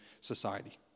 society